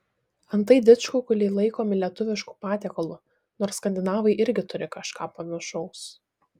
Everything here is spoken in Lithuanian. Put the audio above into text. antai didžkukuliai laikomi lietuvišku patiekalu nors skandinavai irgi turi kažką panašaus